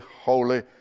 holy